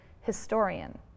historian